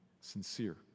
sincere